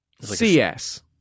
Cs